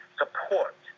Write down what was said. support